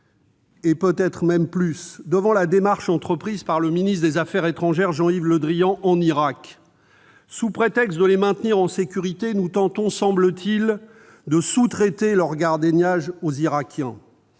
ne pas dire plus, devant la démarche entreprise par le ministre de l'Europe et des affaires étrangères, Jean-Yves Le Drian, en Irak. Sous prétexte de les maintenir en sécurité, nous tentons, semble-t-il, de sous-traiter le gardiennage de ces